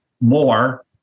more